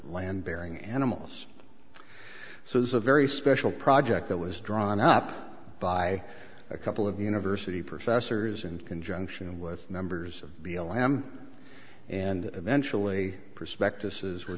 land bearing animals so there's a very special project that was drawn up by a couple of university professors in conjunction with members of be a lamb and eventually prospectuses were